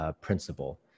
principle